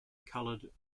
colored